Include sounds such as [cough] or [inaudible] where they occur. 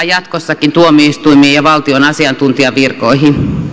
[unintelligible] jatkossakin tuomioistuimiin ja valtion asiantuntijavirkoihin